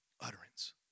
utterance